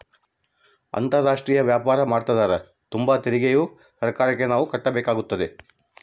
ಅಂತಾರಾಷ್ಟ್ರೀಯ ವ್ಯಾಪಾರ ಮಾಡ್ತದರ ತುಂಬ ತೆರಿಗೆಯು ಸರ್ಕಾರಕ್ಕೆ ನಾವು ಕಟ್ಟಬೇಕಾಗುತ್ತದೆ